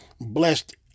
Blessed